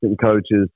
coaches